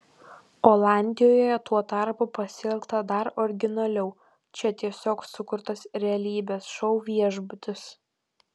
olandijoje tuo tarpu pasielgta dar originaliau čia tiesiog sukurtas realybės šou viešbutis